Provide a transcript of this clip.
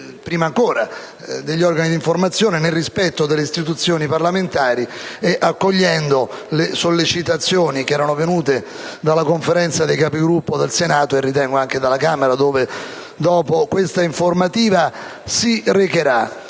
prima ancora che agli organi di informazione, nel rispetto delle istituzioni parlamentari e accogliendo le sollecitazioni che erano venute dalla Conferenza dei Capigruppo del Senato e, ritengo, anche dalla Camera, dove dopo questa informativa si recherà.